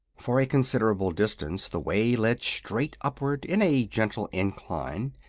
for a considerable distance the way led straight upward in a gentle incline,